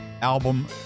album